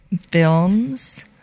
films